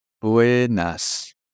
Buenas